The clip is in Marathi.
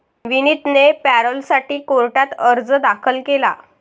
विनीतने पॅरोलसाठी कोर्टात अर्ज दाखल केला